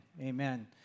amen